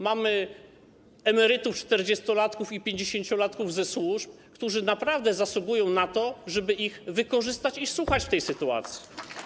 Mamy emerytów czterdziestolatków i pięćdziesięciolatków ze służb, którzy naprawdę zasługują na to, żeby ich wykorzystać i słuchać w tej sytuacji.